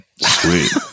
Sweet